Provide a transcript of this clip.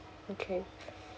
okay